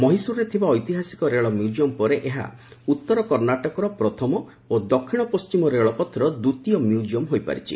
ମହୀଶ୍ଚରରେ ଥିବା ଐତିହାସିକ ରେଳ ମ୍ୟୁଜିୟମ୍ ପରେ ଏହା ଉତ୍ତର କର୍ଣ୍ଣାଟକର ପ୍ରଥମ ଓ ଦକ୍ଷିଣ ପଶ୍ଚିମ ରେଳପଥର ଦ୍ୱିତୀୟ ମ୍ୟୁକ୍କିୟମ୍ ହୋଇପାରିଛି